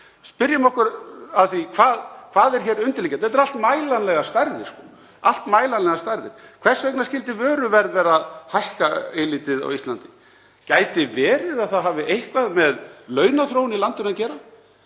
Spyrjum okkur að því hvað er undirliggjandi. Þetta eru allt mælanlegar stærðir. Hvers vegna skyldi vöruverð vera að hækka eilítið á Íslandi? Gæti verið að það hafi eitthvað með launaþróun í landinu að gera?